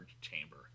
chamber